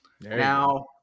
Now